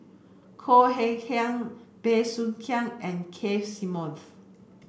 Khoo Hay Hian Bey Soo Khiang and Keith Simmons